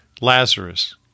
Lazarus